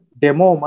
demo